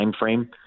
timeframe